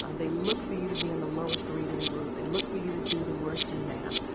and they look for you to be in the lowest reading group. they look for you to do the worst in math.